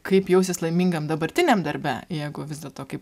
kaip jaustis laimingam dabartiniam darbe jeigu vis dėlto kaip